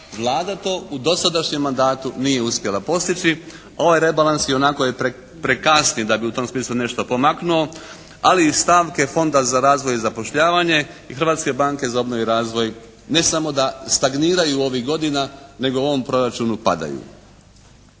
Vlada to u dosadašnjem mandatu nije uspjela postići. Ovaj rebalans je ionako prekasni da bi u tom smislu nešto pomaknuo. Ali i stavke Fonda za razvoj i zapošljavanje i Hrvatske banke za obnovu i razvoj ne samo da stagniraju ovih godina nego u ovom proračunu padaju.